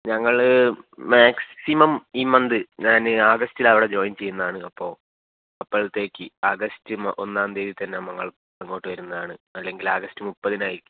ഞങ്ങൾ മാക്സിമം ഈ മന്ത് ഞാൻ ആഗസ്റ്റിൽ അവിടെ ജോയിൻ ചെയ്യുന്നതാണ് അപ്പോൾ അപ്പോഴത്തേക്ക് ആഗസ്റ് ഒന്നാം തീയ്യതിയിൽത്തന്നെ നമ്മൾ അങ്ങോട്ട് വരുന്നതാണ് അല്ലെങ്കിൽ ആഗസ്റ് മുപ്പതിനായിരിക്കും